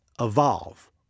evolve